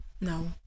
No